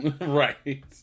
right